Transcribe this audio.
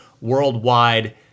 worldwide